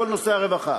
כל נושא הרווחה?